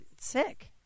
sick